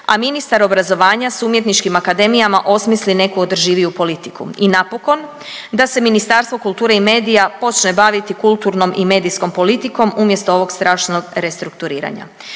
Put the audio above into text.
a ministar obrazovanja s umjetničkim akademijama osmisli neku održiviju politiku. I napokon da se Ministarstvo kulture i medija počne baviti kulturnom i medijskom politikom umjesto ovog strašnog restrukturiranja.